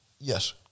Yes